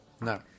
No